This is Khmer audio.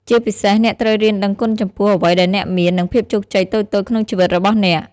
ជាពិសេស អ្នកត្រូវរៀនដឹងគុណចំពោះអ្វីដែលអ្នកមាន និងភាពជោគជ័យតូចៗក្នុងជីវិតរបស់អ្នក។